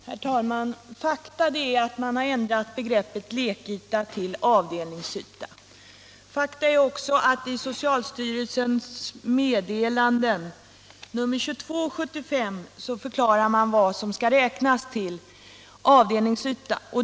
Herr talman! Fakta är att man har ändrat begreppet lekyta till avdelningsyta. Fakta är också att i socialstyrelsens meddelande nr 2275 förklarar man vad som skall räknas till avdelningsyta.